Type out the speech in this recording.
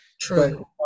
True